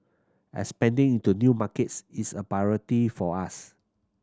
expanding into new markets is a priority for us